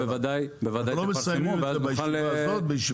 אנחנו לא מסיימים את זה בישיבה הזאת.